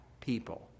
people